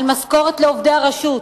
על משכורות לעובדי הרשות,